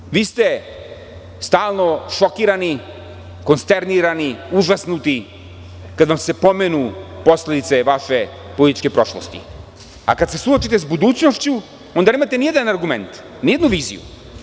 Dakle, vi ste stalno šokirani, konsternirani, užasnuti kada vam se pomenu posledice vaše političke prošlosti, a kada se suočite sa budućnošću onda nemate nijedanargument, nijednu viziju.